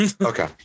Okay